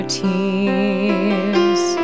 tears